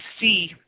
see